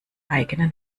eigenen